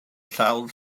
llawn